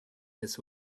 this